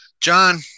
John